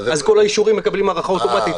אז כל האישורים מקבלים הארכה אוטומטית.